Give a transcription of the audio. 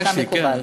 זה מבחינתך מקובל.